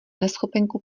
neschopenku